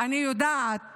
אני יודעת